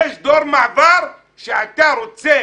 יש דור מעבר, שאתה רוצה